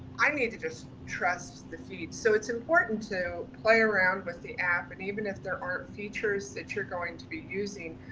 i need to just trust the feed. so it's important to play around with the app. and even if there aren't features that you're going to be using,